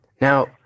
now